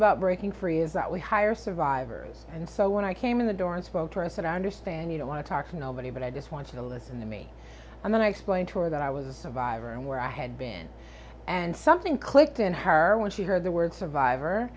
about breaking free is that we hire survivors and so when i came in the door and spoke to us that i understand you don't want to talk to nobody but i just want you to listen to me and then i explain to her that i was a survivor and where i had been and something clicked in her when she heard the word survivor